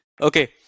Okay